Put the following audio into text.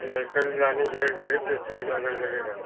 लड़का लाने जाए गाड़ी तो चार्ज अलग लगेगा